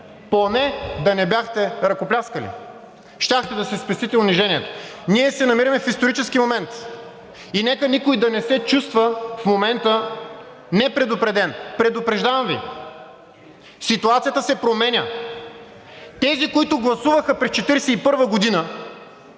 „Поне да не бяхте ръкопляскали, щяхте да си спестите унижението.“ Ние се намираме в исторически момент и нека никой да не се чувства в момента непредупреден. Предупреждавам Ви – ситуацията се променя. Тези, които гласуваха през 1941 г. за